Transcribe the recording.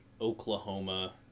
Oklahoma